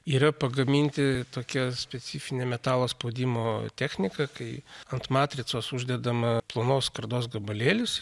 yra pagaminti tokia specifine metalo spaudimo technika kai ant matricos uždedama plonos skardos gabalėlis